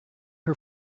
her